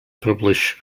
published